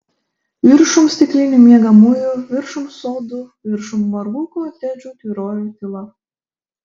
viršum stiklinių miegamųjų viršum sodų viršum margų kotedžų tvyrojo tyla